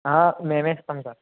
ఆ మేమే ఇస్తాం సర్